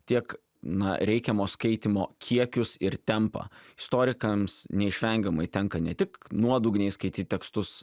tiek na reikiamo skaitymo kiekius ir tempą istorikams neišvengiamai tenka ne tik nuodugniai skaityt tekstus